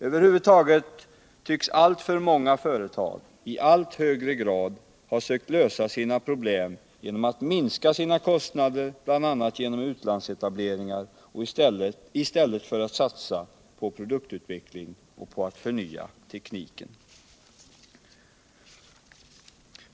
Över huvud taget tycks alltför många företag i allt högre grad ha sökt lösa sina problem på det sättet att de minskat sina kostnader bl.a. genom utlandsetableringar i stället för att satsa på produktutveckling och på att förnya tekniken.